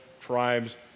tribes